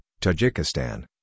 Tajikistan